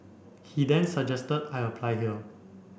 he then suggested I apply here